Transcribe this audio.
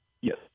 Yes